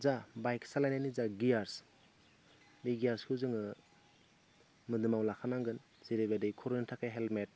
जा बाइक सालायनायनि जा गियार्स बे गियार्सखौ जोङो मोदोमाव लाखानांगोन जेरैहाय खर'नि थाखाय हेलमेट